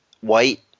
white –